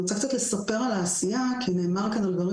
אני רוצה קצת לספר על העשייה כי נאמר כאן על דברים